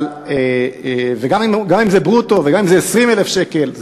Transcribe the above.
אבל גם אם זה ברוטו וגם אם זה 20,000 שקל,